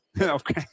okay